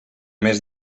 més